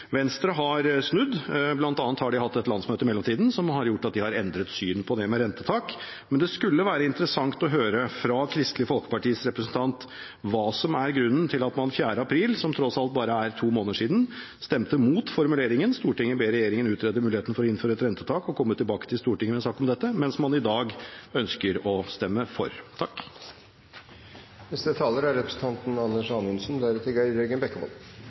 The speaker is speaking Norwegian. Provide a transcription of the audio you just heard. Venstre har snudd, bl.a. har de hatt et landsmøte i mellomtiden som har gjort at de har endret syn på rentetak. Det skulle være interessant å høre fra Kristelig Folkepartis representant hva som er grunnen til at man den 4. april – som tross alt bare er to måneder siden – stemte mot formuleringen «Stortinget ber regjeringen utrede muligheten for å innføre et rentetak og komme tilbake til Stortinget med en sak på dette», mens man i dag ønsker å stemme for.